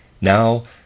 Now